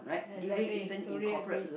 exactly totally agree